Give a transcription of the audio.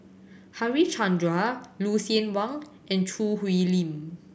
Harichandra Lucien Wang and Choo Hwee Lim